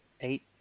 eight